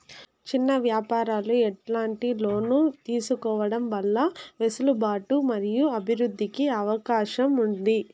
చిన్న వ్యాపారాలు ఎట్లాంటి లోన్లు తీసుకోవడం వల్ల వెసులుబాటు మరియు అభివృద్ధి కి అవకాశం ఉంది?